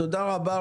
תודה רבה לכם.